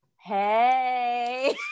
hey